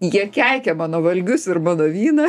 jie keikė mano valgius ir mano vyną